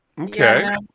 Okay